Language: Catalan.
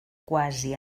quasi